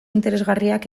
interesgarriak